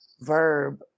Verb